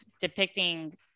depicting